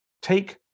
take